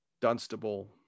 Dunstable